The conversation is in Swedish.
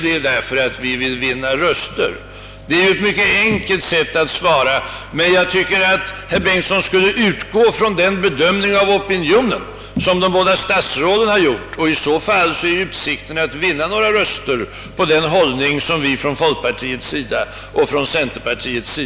Detta är ett alltför enkelt sätt att freda sig mot kritik.